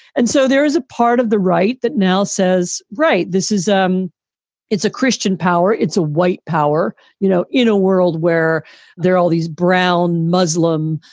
and so there is a part of the right that now says, right, this is um it's a christian power. it's a white power. you know, in a world where there are all these brown muslim,